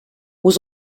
was